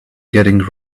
getting